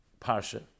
Parsha